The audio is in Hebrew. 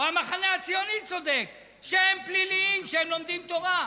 או המחנה הציוני צודק שהם פליליים שהם לומדים תורה.